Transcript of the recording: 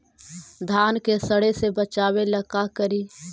धान के सड़े से बचाबे ला का करि?